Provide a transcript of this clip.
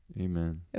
Amen